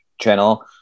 channel